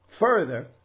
further